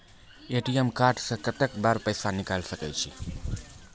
ATM card से कत्तेक बेर पैसा निकाल सके छी?